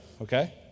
okay